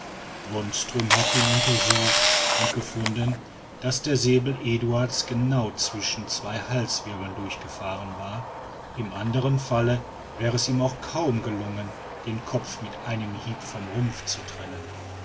wonström hatte ihn untersucht und gefunden daß der säbel eduard's genau zwischen zwei halswirbel durchgefahren war im anderen falle wäre es ihm auch kaum gelungen den kopf mit einem hiebe vom rumpfe zu trennen